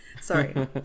Sorry